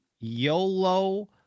YOLO